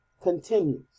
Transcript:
continues